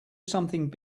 something